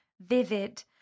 vivid